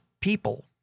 people